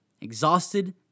exhausted